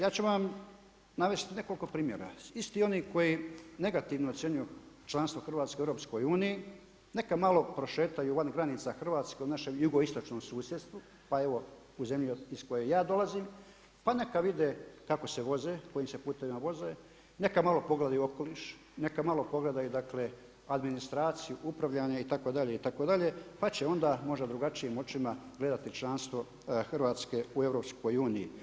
Ja ću vam navesti nekoliko primjera, isti oni koji negativno ocjenjuju članstvo Hrvatske u EU-u, neka malo prošetaju van granica Hrvatske u našem jugoistočnom susjedstvu, pa evo u zemlji iz koje ja dolazim, pa neka vide kako se voze, kojim se putevima voze, neka malo pogledaju okoliš, neka malo pogledaju dakle administraciju, upravljanje, itd. itd., pa će onda možda drugačijim očima gledati članstvo Hrvatske u EU-u.